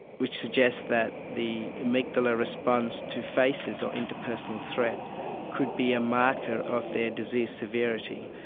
which suggests that the amygdala response to faces or inter-personal threat could be a marker of their disease severity.